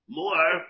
more